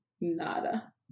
Nada